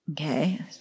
Okay